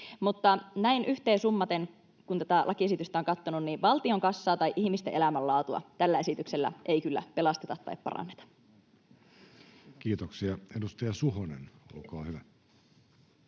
Mutta näin yhteen summaten, kun tätä lakiesitystä on katsonut, valtion kassaa tai ihmisten elämänlaatua tällä esityksellä ei kyllä pelasteta tai paranneta. Kiitoksia. — Edustaja Suhonen, olkaa hyvä.